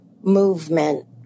movement